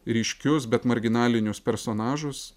ryškius bet marginalinius personažus